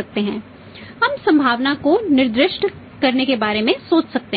सकते हैं हम संभावना को निर्दिष्ट करने के बारे में सोच सकते हैं